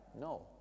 No